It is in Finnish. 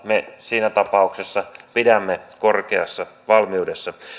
me siinä tapauksessa pidämme korkeassa valmiudessa